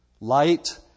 Light